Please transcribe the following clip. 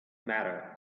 matter